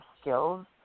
skills